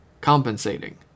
Compensating